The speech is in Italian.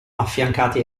affiancati